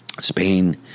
Spain